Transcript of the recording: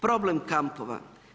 Problem kampova.